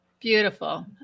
Beautiful